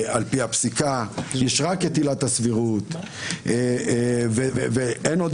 על פי הפסיקה אלא יש רק את עילת הסבירות ואין עוד